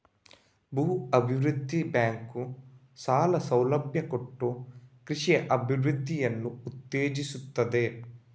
ಭೂ ಅಭಿವೃದ್ಧಿ ಬ್ಯಾಂಕು ಸಾಲ ಸೌಲಭ್ಯ ಕೊಟ್ಟು ಕೃಷಿಯ ಅಭಿವೃದ್ಧಿಯನ್ನ ಉತ್ತೇಜಿಸ್ತದೆ